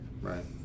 Right